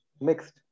mixed